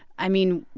i mean,